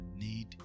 need